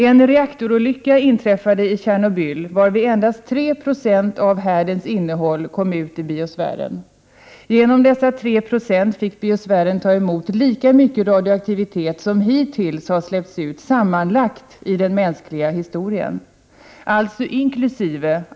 En reaktorolycka inträffade i Tjernobyl, varvid endast 3 96 av härdens innehåll kom ut i biosfären. Genom dessa 3 9 fick biosfären ta emot lika mycket radioaktivitet som hittills har släppts ut sammanlagt i den mänskliga historien — alltså inkl.